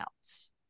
else